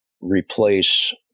replace